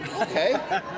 okay